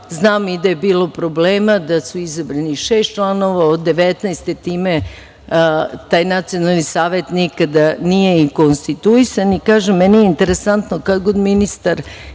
Znam i da je bilo problema, da su izabrani šest članova od devetnaeste time, taj Nacionalni savet nikada nije ni konstituisan. Kažem, meni je interesantno kad god ministar